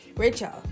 Rachel